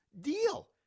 deal